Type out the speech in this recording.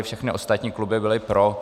Všechny ostatní kluby byly pro.